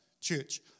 church